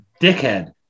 dickhead